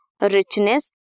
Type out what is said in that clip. richness